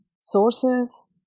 sources